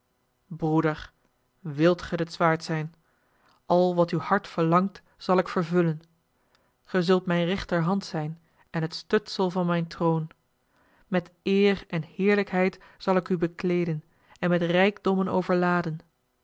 broeder wilt ge dat zwaard zijn al wat uw hart verlangt zal ik vervullen ge zult mijn rechterhand zijn en het stutsel van mijn troon met eer en heerlijkheid zal ik u bekleeden en met rijkdommen overladen